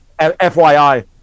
FYI